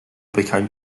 became